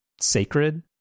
sacred